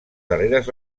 darreres